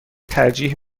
ترجیح